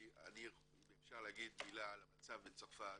אם אפשר להגיד מילה על המצב בצרפת,